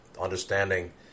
understanding